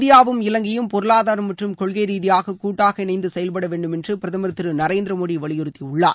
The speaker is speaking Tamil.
இந்தியாவும் இலங்கையும் பொருளாதாரம் மற்றும் கொள்கை ரீதியாக கூட்டாக இணைந்து செயல்பட வேண்டும் என்று பிரதமர் திரு நரேந்திர மோடி வலியுறுத்தியுள்ளார்